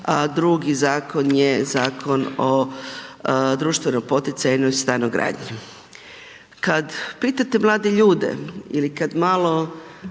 a drugi Zakon je Zakon o društvenom poticaju i jednoj stanogradnji. Kada pitate mlade ljude ili kada malo